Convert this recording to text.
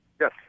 Yes